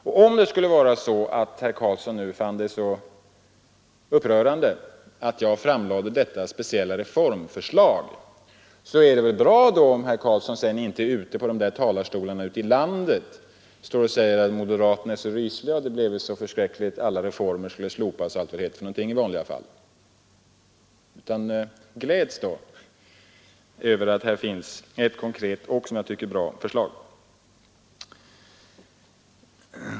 Och om herr Carlsson nu fann det så upprörande att jag framlade detta speciella reform förslag, så är det väl bra om han sedan inte i talarstolarna ute i landet står och säger att moderaterna är så rysliga, att det bleve så förskräckligt om de kommer till makten, att alla reformer skulle slopas och allt vad det heter i vanliga fall. Gläds då över att här finns ett konkret och, som jag tycker, bra förslag!